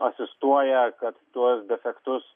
asistuoja kad tuos defektus